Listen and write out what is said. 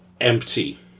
empty